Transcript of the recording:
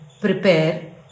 prepare